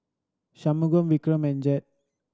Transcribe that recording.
Shunmugam Vikram and Jagat